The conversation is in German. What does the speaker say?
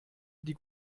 die